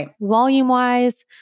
volume-wise